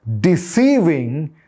deceiving